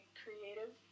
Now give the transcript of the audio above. creative